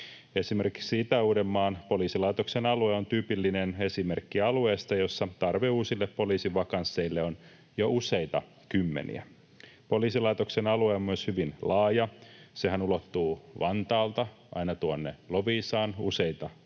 Esimerkiksi Itä-Uudenmaan poliisilaitoksen alue on tyypillinen esimerkki alueesta, jolla tarve uusille poliisivakansseille on jo useita kymmeniä. Poliisilaitoksen alue on hyvin laaja, sehän ulottuu Vantaalta aina Loviisaan, useita kuntia,